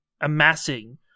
amassing